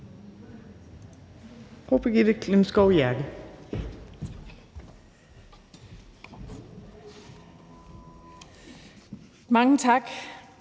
Mange tak.